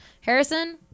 Harrison